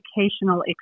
educational